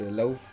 love